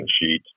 sheet